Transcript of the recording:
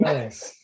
Nice